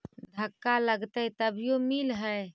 धक्का लगतय तभीयो मिल है?